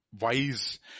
wise